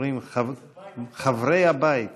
אומרים "חברי הבית".